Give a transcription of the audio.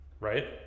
right